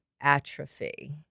atrophy